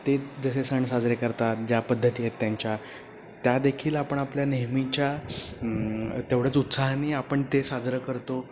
ते जसे सण साजरे करतात ज्या पद्धती आहेत त्यांच्या त्यादेखील आपण आपल्या नेहमीच्या तेवढ्याच उत्साहाने आपण ते साजरं करतो